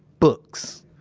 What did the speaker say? books.